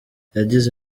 yagize